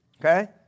Okay